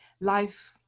life